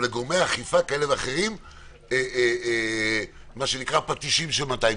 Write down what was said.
לגורמי אכיפה כאלה ואחרים פטישים של 200 קילו.